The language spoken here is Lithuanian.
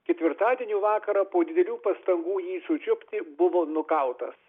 ketvirtadienio vakarą po didelių pastangų jį sučiupti buvo nukautas